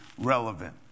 relevant